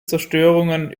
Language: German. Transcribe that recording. zerstörungen